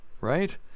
right